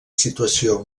situació